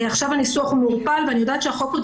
עכשיו הניסוח מעורפל ואני יודעת שהחוק עוד